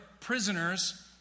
prisoners